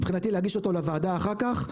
מבחינתי להגיש אותו לוועדה אחר כך.